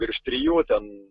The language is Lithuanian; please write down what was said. virš trijų ten